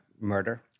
murder